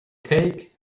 cake